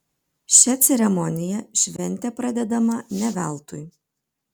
šia ceremonija šventė pradedama ne veltui